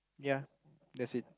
ya that's it